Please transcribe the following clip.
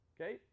Okay